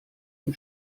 ihn